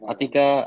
Atika